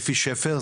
אפי שפר,